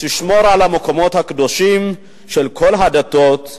תשמור על המקומות הקדושים של כל הדתות,